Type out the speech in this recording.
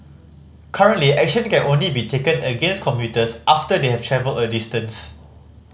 currently action can only be taken against commuters after they have travelled a distance